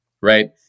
right